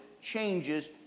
changes